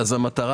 כפי